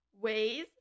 Ways